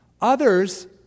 Others